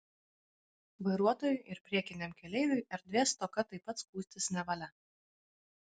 vairuotojui ir priekiniam keleiviui erdvės stoka taip pat skųstis nevalia